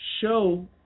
Show